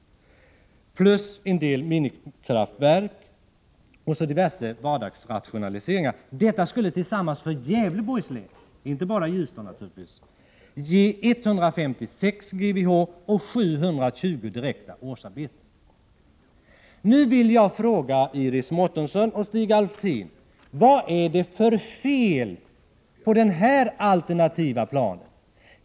Därtill kommer 10 minikraftverk och diverse vardagsrationaliseringar. Detta skulle tillsammans för Gävleborgs län — inte bara för Ljusdal — ge 156 GWh och 720 direkta årsarbeten. Nu vill jag fråga Iris Mårtensson och Stig Alftin: Vad är det för fel på den här alternativa planen?